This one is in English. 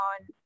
on